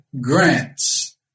grants